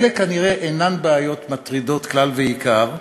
אלה כנראה אינן בעיות מטרידות כלל ועיקר,